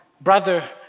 brother